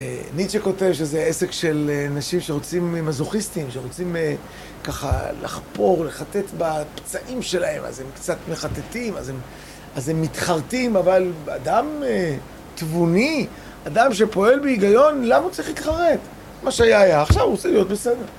ניטשה כותב שזה עסק של אנשים שרוצים, מזוכיסטים, שרוצים ככה לחפור, לחטט בפצעים שלהם, אז הם קצת מחטטים, אז הם מתחרטים, אבל אדם תבוני, אדם שפועל בהיגיון, למה הוא צריך להתחרט? מה שהיה היה, עכשיו הוא צריך להיות בסדר.